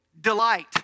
Delight